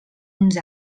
uns